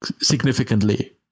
significantly